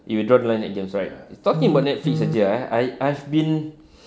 you will draw the line at games right it's talking about Netflix aje ah I I've been